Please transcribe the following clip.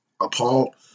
appalled